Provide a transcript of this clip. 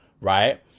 right